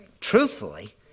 truthfully